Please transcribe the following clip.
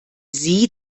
sie